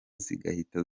zigahita